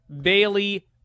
Bailey